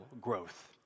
growth